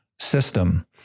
system